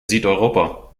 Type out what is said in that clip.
südeuropa